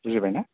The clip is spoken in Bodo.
बुजिबायना